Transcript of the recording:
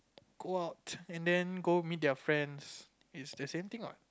go out and then go meet their friends is the same thing what